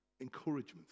encouragement